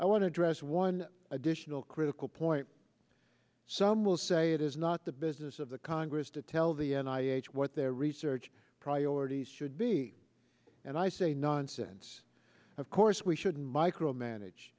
i want to address one additional critical point some will say it is not the business of the congress to tell the n i m h what their research priorities should be and i say nonsense of course we shouldn't micromanage